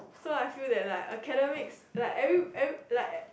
so I feel that like academics like every every like